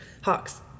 Hawks